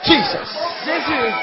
Jesus